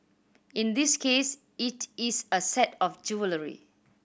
in this case it is a set of jewellery